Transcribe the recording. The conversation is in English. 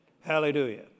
Hallelujah